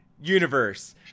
universe